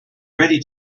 ready